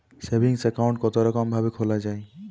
Saving account কতরকম ভাবে খোলা য়ায়?